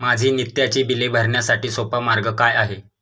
माझी नित्याची बिले भरण्यासाठी सोपा मार्ग काय आहे?